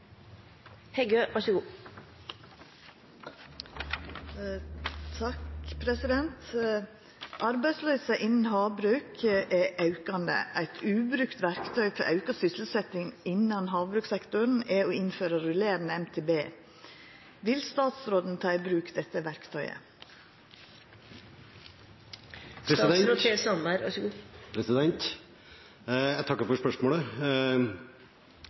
Heggø til fiskeriministeren. «Arbeidsløysa innan havbruk er aukande. Eit ubrukt verktøy for auka sysselsetting innan havbrukssektoren er å innføre rullerande MTB. Vil statsråden ta i bruk dette verktøyet?» Jeg takker for spørsmålet.